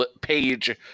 page